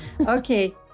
Okay